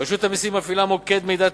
רשות המסים מפעילה מוקד מידע טלפוני,